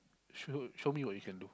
show show me what you can do